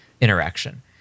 interaction